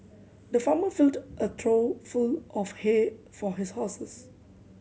the farmer filled a trough full of hay for his horses